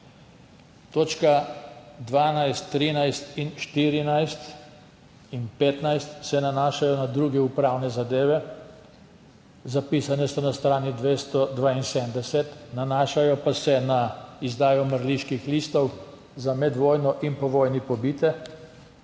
Točke 12, 13, 14 in 15 se nanašajo na druge upravne zadeve, zapisane so na strani 272, nanašajo pa se na izdajo mrliških listov za med vojno in po vojni pobite